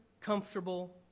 comfortable